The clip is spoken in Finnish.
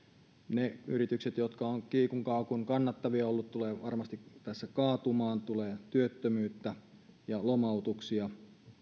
ne yritykset jotka ovat kiikun kaakun kannattavia olleet tulevat tässä varmasti kaatumaan tulee työttömyyttä ja lomautuksia